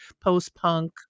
post-punk